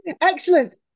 excellent